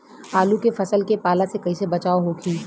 आलू के फसल के पाला से कइसे बचाव होखि?